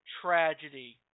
tragedy